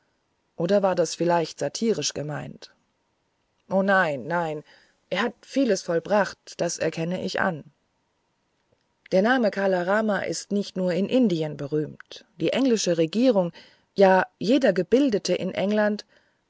oder war das vielleicht satirisch gemeint o nein nein er hat vieles vollbracht das erkenne ich an der name kala rama ist nicht nur in indien berühmt die englische regierung ja jeder gebildete in england